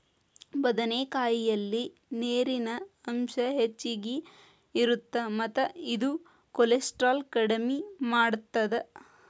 ಬದನೆಕಾಯಲ್ಲಿ ನೇರಿನ ಅಂಶ ಹೆಚ್ಚಗಿ ಇರುತ್ತ ಮತ್ತ ಇದು ಕೋಲೆಸ್ಟ್ರಾಲ್ ಕಡಿಮಿ ಮಾಡತ್ತದ